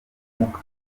umwuka